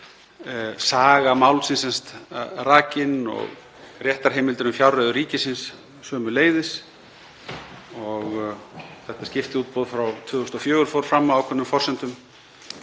Saga málsins er rakin, réttarheimildir um fjárreiður ríkisins sömuleiðis og þetta skiptiútboð frá 2004 sem fór fram á ákveðnum forsendum.